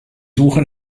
suche